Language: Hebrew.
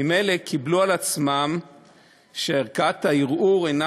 ממילא קיבלו על עצמם שערכאת הערעור אינה